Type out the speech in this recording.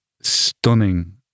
stunning